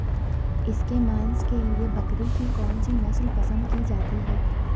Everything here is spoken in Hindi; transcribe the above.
इसके मांस के लिए बकरी की कौन सी नस्ल पसंद की जाती है?